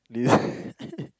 do you